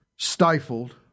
stifled